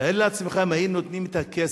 תאר לעצמך אם היו נותנים את הכסף,